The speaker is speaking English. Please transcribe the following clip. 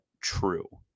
true